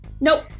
Nope